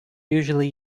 usually